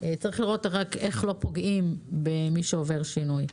רק צריך לראות איך לא פוגעים במי שעובר שינוי.